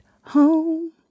home